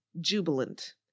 jubilant